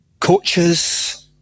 coaches